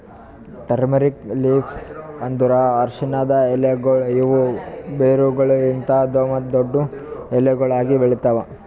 turmeric leaves ಅಂದುರ್ ಅರಶಿನದ್ ಎಲೆಗೊಳ್ ಇವು ಬೇರುಗೊಳಲಿಂತ್ ಮತ್ತ ದೊಡ್ಡು ಎಲಿಗೊಳ್ ಆಗಿ ಬೆಳಿತಾವ್